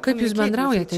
kaip jūs bendraujate